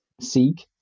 seek